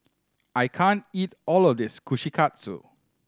I can't eat all of this Kushikatsu